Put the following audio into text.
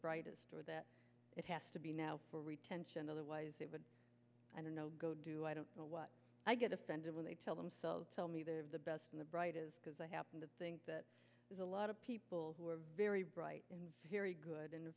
brightest or that it has to be now for retention otherwise it would i don't know go do i don't know what i get offended when they tell themselves tell me they have the best and the brightest because i happen to think that there's a lot of people who are very bright and cheery good and in